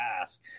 ask